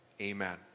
Amen